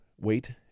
wait